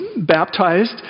baptized